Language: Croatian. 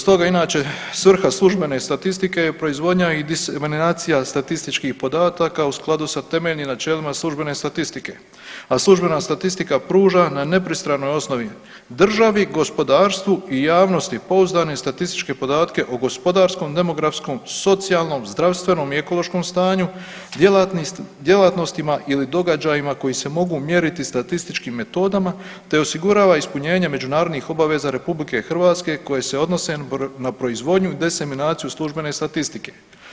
Stoga je inače svrha službene statistike proizvodnja i diseminacija statističkih podataka u skladu sa temeljnim načelima službene statistike, a službena statistika pruža na nepristranoj osnovi državi, gospodarstvu i javnosti pouzdane statističke podatke o gospodarskom, demografskom, socijalnom, zdravstvenom i ekološkom stanju, djelatnostima ili događajima koji se mogu mjeriti statističkim metodama, te osigurava ispunjenje međunarodnih obaveza Republike Hrvatske koje se odnose na proizvodnju i diseminaciju službene statistike.